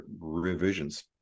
revisions